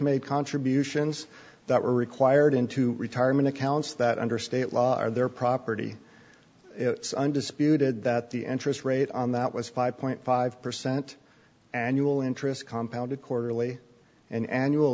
made contributions that were required into retirement accounts that under state law are their property undisputed that the interest rate on that was five point five percent annual interest compound it quarterly and annual